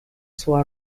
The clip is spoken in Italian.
sua